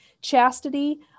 chastity